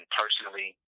personally